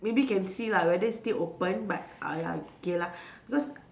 maybe you can see lah whether it's still open but ah ya K lah because